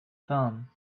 fun